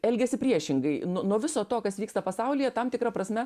elgiasi priešingai nu nuo viso to kas vyksta pasaulyje tam tikra prasme